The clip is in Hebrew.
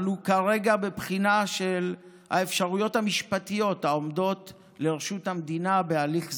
אנו כרגע בבחינה של האפשרויות המשפטיות העומדות לרשות המדינה בהליך זה.